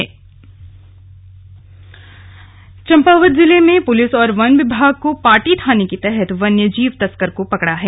तस्करी चम्पावत जिले में पुलिस और वन विभाग को पाटी थाने के तहत वन्य जीव तस्कर को पकड़ा है